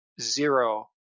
zero